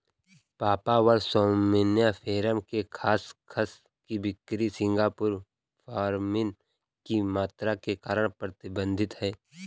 papaver somniferum के खसखस की बिक्री सिंगापुर में मॉर्फिन की मात्रा के कारण प्रतिबंधित है